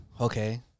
Okay